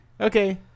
okay